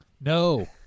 No